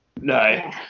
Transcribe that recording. No